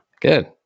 Good